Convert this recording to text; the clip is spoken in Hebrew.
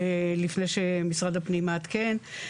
לפני שמשרד הפנים מעדכן,